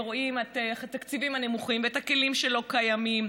ורואים את התקציבים הנמוכים ואת הכלים שלא קיימים.